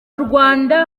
rwanda